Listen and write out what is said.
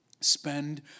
spend